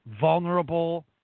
vulnerable